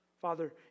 Father